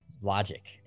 logic